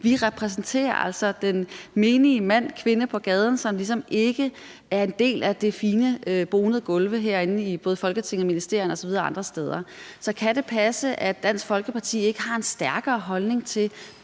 vi repræsenterer altså den menige mand og kvinde fra gaden, som ligesom ikke er en del af de bonede gulve både herinde i Folketinget, i ministerierne og andre steder. Så kan det passe, at Dansk Folkeparti ikke har en stærkere holdning til